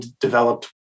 developed